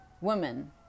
women